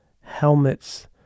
helmets